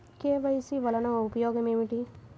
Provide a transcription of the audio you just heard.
KYC వలన ఉపయోగం ఏమిటీ?